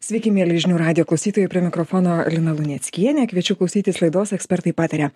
sveiki mieli žinių radijo klausytojai prie mikrofono lina luneckienė kviečiu klausytis laidos ekspertai pataria